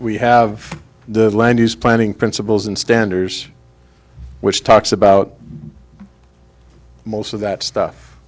we have the land use planning principles and standers which talks about most of that stuff